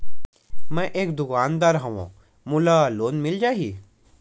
मै एक दुकानदार हवय मोला लोन मिल जाही?